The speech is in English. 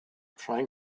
trying